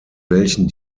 welchen